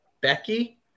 Becky